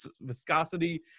viscosity